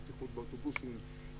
בטיחות באוטובוסים,